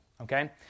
okay